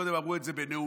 קודם אמרו את זה בנאומים,